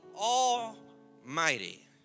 Almighty